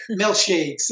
milkshakes